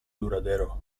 duradero